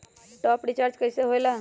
Top up recharge कइसे होएला?